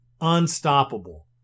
unstoppable